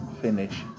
finish